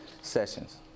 sessions